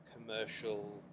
commercial